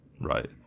Right